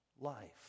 life